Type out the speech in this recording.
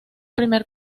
primer